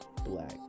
black